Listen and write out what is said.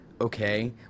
okay